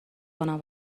کنم